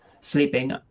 sleeping